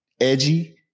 edgy